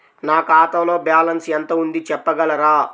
నా ఖాతాలో బ్యాలన్స్ ఎంత ఉంది చెప్పగలరా?